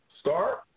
start